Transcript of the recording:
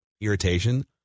irritation